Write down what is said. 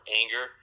anger